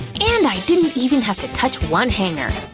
and i didn't even have to touch one hanger!